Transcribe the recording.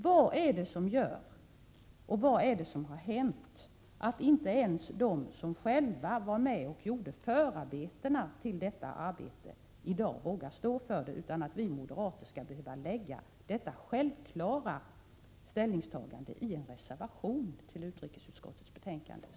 Vad har hänt som gör att inte ens de som själva var med om att utforma förarbetena till detta arbete i dag vågar stå för det, utan att vi moderater skall behöva göra detta självklara ställningstagande i en reservation till utrikesutskottets betänkande?